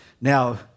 Now